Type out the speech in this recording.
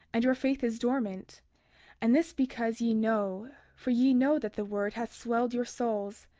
and your faith is dormant and this because ye know, for ye know that the word hath swelled your souls,